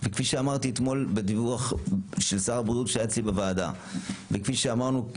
וכפי שאמרתי אתמול בדיווח של שר הבריאות שהיה אצלי בוועדה וכפי שאמרנו,